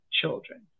children